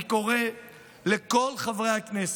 אני קורא לכל חברי הכנסת,